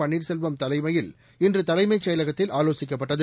பள்ளீர்செல்வம் தலைமையில் இன்று தலைமைச் செயலகத்தில் ஆலோசிக்கப்பட்டது